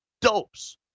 dopes